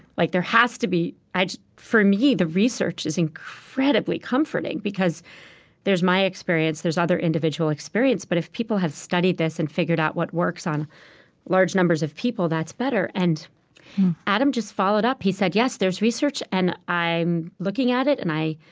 like, there has to be for me, the research is incredibly comforting because there's my experience, there's other individual experience, but if people have studied this and figured out what works on large numbers of people, that's better and adam just followed up. he said, yes, there's research, and i'm looking at it, and i,